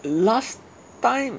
last time